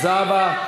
זהבה,